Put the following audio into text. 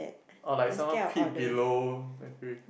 or like someone peep below the